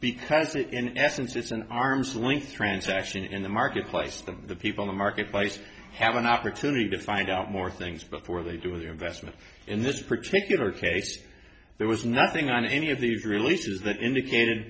because it in essence it's an arm's length transaction in the market place them the people the marketplace have an opportunity to find out more things before they do the investment in this particular case there was nothing on any of these releases that indicated